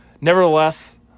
Nevertheless